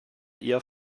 ihr